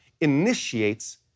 initiates